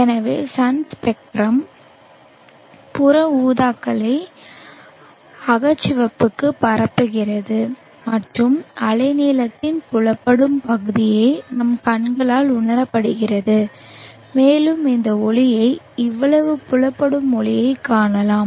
எனவே sun spectrum புற ஊதாக்களை அகச்சிவப்புக்கு பரப்புகிறது மற்றும் அலைநீளத்தின் புலப்படும் பகுதியே நம் கண்களால் உணரப்படுகிறது மேலும் இந்த ஒளியை இவ்வளவு புலப்படும் ஒளியைக் காணலாம்